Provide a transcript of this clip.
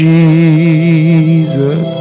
Jesus